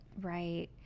Right